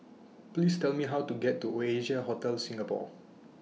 Please Tell Me How to get to Oasia Hotel Singapore